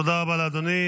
תודה רבה לאדוני.